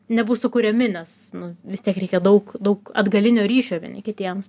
nebus sukuriami nes nu vis tiek reikia daug daug atgalinio ryšio vieni kitiems